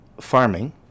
farming